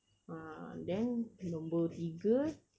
ah then nombor tiga